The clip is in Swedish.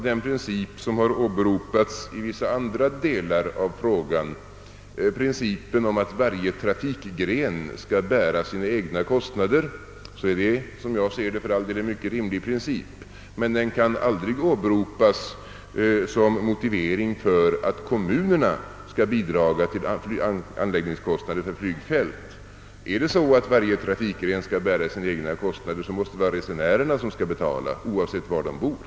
Den princip som gäller för andra delar av vårt kommunikationsväsen, prin cipen om att varje trafikgren skall bära sina kostnader — en för all del mycket rimlig princip — kan aldrig åberopas som motivering för att kommunerna skall bidra till anläggningskostnaderna för flygfält. Om varje trafikgren skall bära sina kostnader, så är det resenärerna som skall betala — oavsett var de bor.